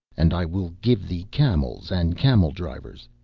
and i will give thee camels and camel drivers,